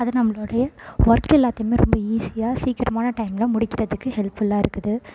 அது நம்மளுடைய ஒர்க் எல்லாத்தையுமே ரொம்ப ஈஸியாக சீக்கிரமான டைமில் முடிக்கிறதுக்கு ஹெல்ப்ஃபுல்லாக இருக்குது